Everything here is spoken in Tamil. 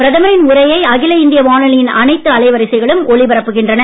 பிரதமரின் உரையை அகில இந்திய வானொலியின் அனைத்து அலைவரிசைகளும் ஒலிபரப்புகின்றன